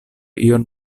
iom